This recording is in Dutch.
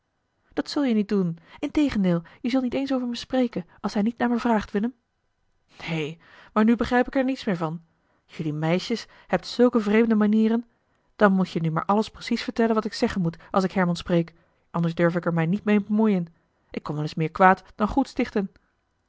dat zul je niet doen integendeel je zult niet eens over me spreken als hij niet naar me vraagt willem neen maar nu begrijp ik er niets meer van jullie meisjes hebt zulke vreemde manieren dan moet je nu maar alles precies vertellen wat ik zeggen moet als ik herman spreek anders durf ik er mij niet mee bemoeien ik kon wel eens meer kwaad dan goed stichten